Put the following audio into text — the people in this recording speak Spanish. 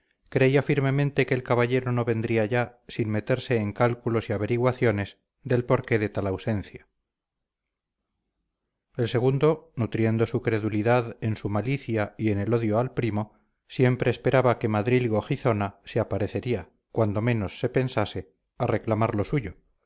creía firmemente que el caballero no vendría ya sin meterse en cálculos y averiguaciones del por qué de tal ausencia el segundo nutriendo su credulidad en su malicia y en el odio al primo siempre esperaba que madrilgo gizona se aparecería cuando menos se pensase a reclamar lo suyo